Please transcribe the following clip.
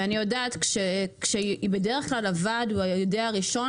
ואני יודעת שבדרך כלל הוועד הוא היודע הראשון,